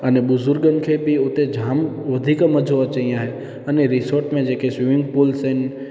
अन ॿुज़ुर्गनि खे बि उते जाम वधीक मज़ो अचे उते ईअं आहे अने रिसार्ट्स में जेके स्वीमिंग पूल्स आहिनि